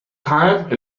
time